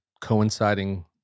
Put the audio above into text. coinciding